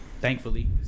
thankfully